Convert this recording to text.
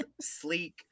sleek